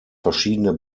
verschiedene